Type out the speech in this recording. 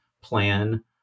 plan